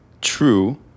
True